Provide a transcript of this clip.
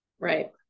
Right